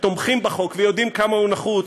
שתומכים בחוק ויודעים כמה הוא נחוץ,